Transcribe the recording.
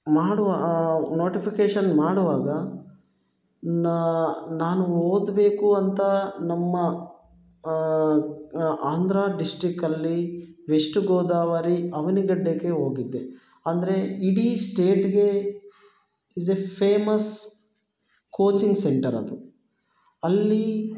ಮಾಡುವ ನೋಟಿಫಿಕೇಷನ್ ಮಾಡುವಾಗ ನಾನು ನಾನು ಓದಬೇಕು ಅಂತ ನಮ್ಮ ಆಂಧ್ರ ಡಿಸ್ಟಿಕ್ಕಲ್ಲಿ ವೆಸ್ಟ್ ಗೋದಾವರಿ ಅವನಿಗಡ್ಡೆಗೆ ಹೋಗಿದ್ದೆ ಅಂದರೆ ಇಡೀ ಸ್ಟೇಟ್ಗೆ is a famous coaching centre ಅದು ಅಲ್ಲಿ